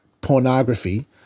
pornography